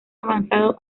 avanzado